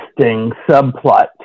subplot